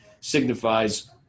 signifies